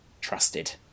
trusted